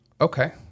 okay